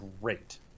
great